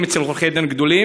גם הוא,